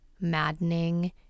maddening